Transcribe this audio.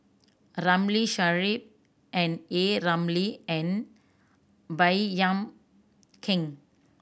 Ramli Sarip and A Ramli and Baey Yam Keng